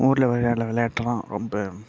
ஊரில் விளையாட்ற விளையாட்டலாம் ரொம்ப